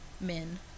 men